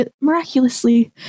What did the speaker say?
miraculously